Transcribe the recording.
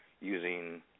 using